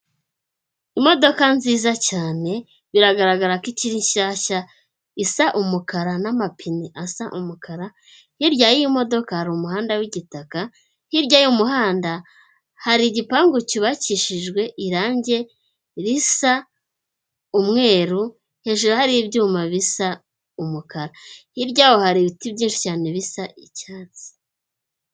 Imodoka nziza cyane biragaragara ko ikiri nshyashya isa umukara n'amapine asa umukara, hirya y'iyo modoka hari umuhanda w'igitaka, hirya y'umuhanda hari igipangu cyubakishijwe irangi risa umweru, hejuru hari ibyuma bisa umukara, hirya yaho hari ibiti byinshi cyane bisa icyatsi.